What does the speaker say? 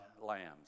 lambs